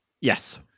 Yes